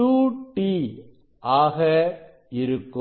2t ஆக இருக்கும்